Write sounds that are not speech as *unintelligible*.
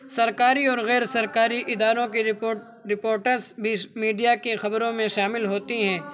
سرکاری اور غیرسرکاری اداروں کی رپورٹرس *unintelligible* میڈیا کے خبروں میں شامل ہوتی ہیں